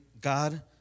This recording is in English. God